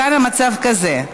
כאן המצב כזה: